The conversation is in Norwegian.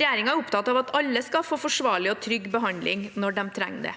Regjeringen er opptatt av at alle skal få forsvarlig og trygg behandling når de trenger det.